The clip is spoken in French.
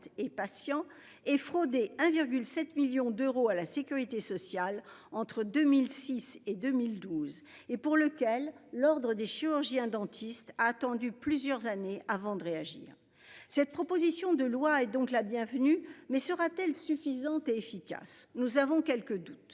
et patients et frauder 1,7 millions d'euros à la sécurité sociale entre 2006 et 2012 et pour lequel l'Ordre des chirurgiens-dentistes attendu plusieurs années avant de réagir. Cette proposition de loi est donc la bienvenue, mais sera-t-elle suffisante et efficace. Nous avons quelques doutes